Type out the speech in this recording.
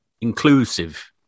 inclusive